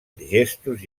gestos